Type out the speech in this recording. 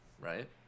right